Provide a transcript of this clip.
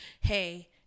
hey